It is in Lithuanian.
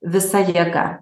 visa jėga